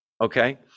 okay